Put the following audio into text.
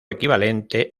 equivalente